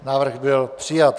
Návrh byl přijat.